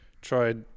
tried